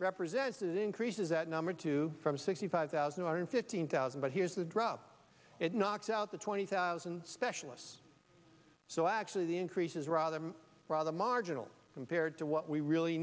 represents it increases that number to from sixty five thousand one hundred fifteen thousand but here's the drop it knocks out the twenty thousand specialists so actually the increase is rather rather marginal compared to what we really